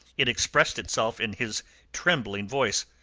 it expressed itself in his trembling voice.